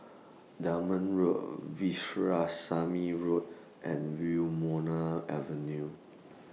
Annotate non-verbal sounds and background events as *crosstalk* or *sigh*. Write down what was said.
*unintelligible* Road *unintelligible* Road and Wilmonar Avenue